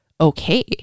okay